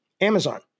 amazon